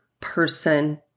person